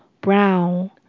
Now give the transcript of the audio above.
Brown